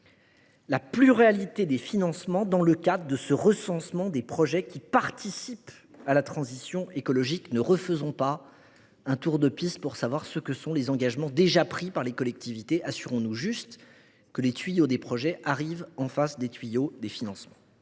la pluriannualité des financements dans le cadre du recensement des projets participant à la transition écologique. Ne refaisons pas un tour de piste pour savoir quels sont les engagements déjà pris par les collectivités. Assurons nous juste que les « tuyaux » des projets arrivent bien en face des « tuyaux » destinés aux financements.